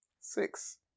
Six